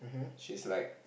she's like